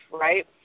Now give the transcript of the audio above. right